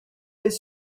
his